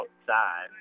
outside